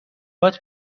هات